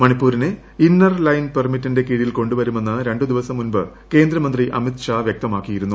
മണിപ്പൂരിനെ inner line പെർമിറ്റിന്റെ കീഴിൽ കൊണ്ട്ടുവരുമെന്ന് രണ്ട് ദിവസം മുമ്പ് കേന്ദ്രമന്ത്രി അമിത്ഷാ ൃ ്വൃക്ക്മാക്കിയിരുന്നു